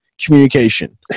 communication